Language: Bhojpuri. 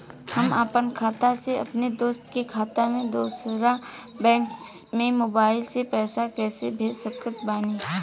हम आपन खाता से अपना दोस्त के खाता मे दोसर बैंक मे मोबाइल से पैसा कैसे भेज सकत बानी?